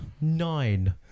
Nine